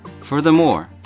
Furthermore